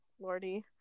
lordy